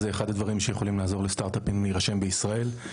זה אחד הדברים שיכולים לעזור לסטארט-אפים להירשם בישראל.